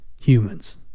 humans